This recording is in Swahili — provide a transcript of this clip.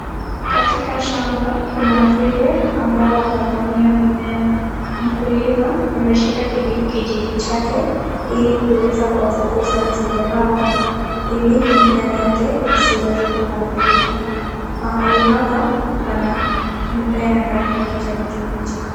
Katika shamba kuna nzige ambao wanavamia mimea. Mkulima ameshika kijiti chake ili kuweza kuwafukuza nzige hao ili mimea yake isiweze kuharibika. Mahali hapa pana mimea ya rangi ya kijani kibichi.